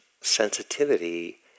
sensitivity